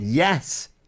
Yes